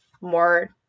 more